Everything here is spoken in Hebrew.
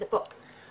זה פה.